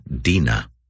Dina